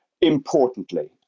importantly